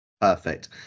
Perfect